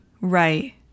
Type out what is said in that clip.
Right